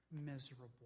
miserable